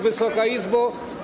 Wysoka Izbo!